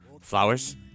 Flowers